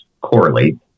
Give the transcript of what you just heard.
correlate